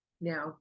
Now